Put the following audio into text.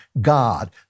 God